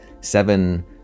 seven